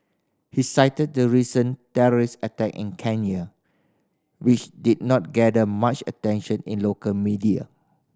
he cited the recent terrorist attack in Kenya which did not garner much attention in local media